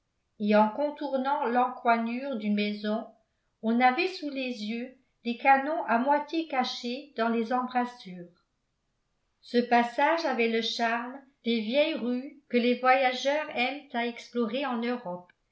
et en contournant l'encoignure d'une maison on avait sous les yeux les canons à moitié cachés dans les embrasures ce passage avait le charme des vieilles rues que les voyageurs aiment à explorer en europe